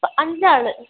അഞ്ചാള്